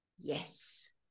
Yes